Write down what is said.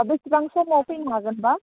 बिसिबां समाव फैनो हागोन बा